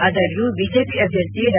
ಆದಾಗ್ಯೂ ಬಿಜೆಪಿ ಅಭ್ಯರ್ಥಿ ಡಾ